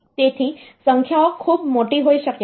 તેથી સંખ્યાઓ ખૂબ મોટી હોઈ શકે છે